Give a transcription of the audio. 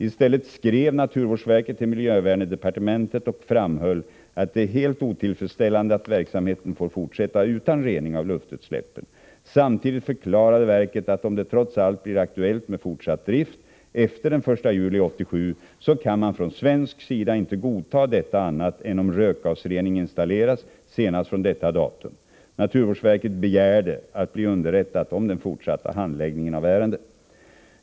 I stället skrev naturvårdsverket till miljöverndepartementet och framhöll att det är helt otillfredsställande att verksamheten får fortsätta utan rening av luftutsläppen. Samtidigt förklarade verket, att om det trots allt blir aktuellt med fortsatt drift efter den 1 juli 1987, kan man från svensk sida inte godta detta annat än om rökgasrening installeras senast från detta datum. Naturvårdsverket begärde att bli underrättat om den fortsatta handläggningen av ärendet.